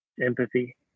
empathy